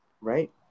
right